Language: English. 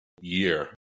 year